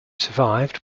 survived